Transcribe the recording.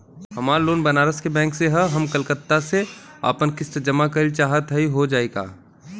हमार लोन बनारस के बैंक से ह हम कलकत्ता से आपन किस्त जमा कइल चाहत हई हो जाई का?